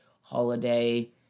holiday